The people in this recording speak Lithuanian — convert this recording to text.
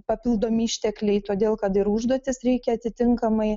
papildomi ištekliai todėl kad ir užduotis reikia atitinkamai